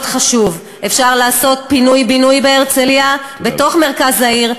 מאוד חשוב: אפשר לעשות פינוי-בינוי בהרצליה בתוך מרכז העיר,